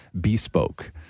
bespoke